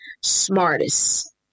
smartest